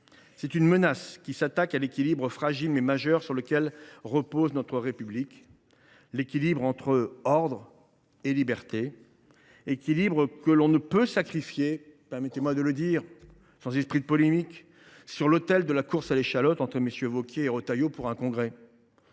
c’est une menace qui s’attaque à l’équilibre fragile, mais essentiel, sur lequel repose notre République : l’équilibre entre l’ordre et les libertés, que l’on ne peut sacrifier – permettez moi de le dire sans esprit de polémique – sur l’autel de la course à l’échalote entre MM. Wauquiez et Retailleau. Eh oui